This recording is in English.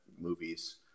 movies